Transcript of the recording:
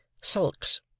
Sulks